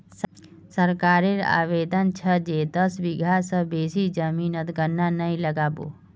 सरकारेर आदेश छ जे दस बीघा स बेसी जमीनोत गन्ना नइ लगा बो